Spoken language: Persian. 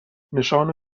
نشان